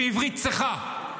בעברית צחה.